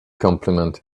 compliment